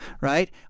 Right